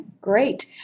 Great